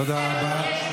תודה רבה.